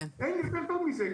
אין טוב יותר מזה,